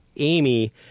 Amy